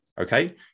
Okay